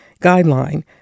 Guideline